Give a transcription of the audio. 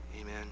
Amen